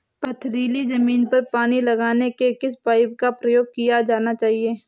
पथरीली ज़मीन पर पानी लगाने के किस पाइप का प्रयोग किया जाना चाहिए?